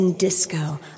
Disco